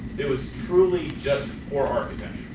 it was truly just poor architecture.